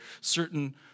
certain